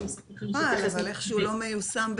אבל איכשהו הוא לא מיושם.